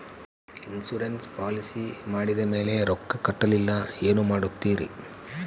Insurance policy ಮಾಡಿದ ಮೇಲೆ ರೊಕ್ಕ ಕಟ್ಟಲಿಲ್ಲ ಏನು ಮಾಡುತ್ತೇರಿ?